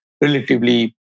relatively